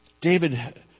David